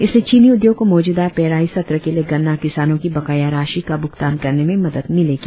इससे चीनी उद्योग को मौजूदा पेराई सत्र के लिए गन्ना किसानों की बकाया राशि का भुगतान करने में मदद मिलेगी